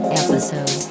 episode